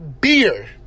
beer